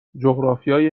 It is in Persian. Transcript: جغرافیای